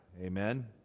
Amen